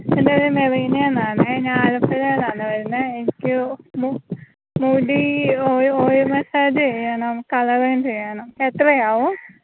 എന്റെ പേര് മെറീന എന്നാണേ ഞാന് ആലപ്പുഴയിൽ നിന്നാണേ വരുന്നത് എനിക്ക് മു മുടി ഓയി ഓയില് മസ്സാജ് ചെയ്യണം കളറും ചെയ്യണം എത്രയാവും